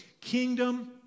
kingdom